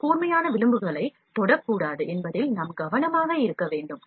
இந்த கூர்மையான விளிம்புகளைத் தொடக்கூடாது என்பதில் நாம் கவனமாக இருக்க வேண்டும்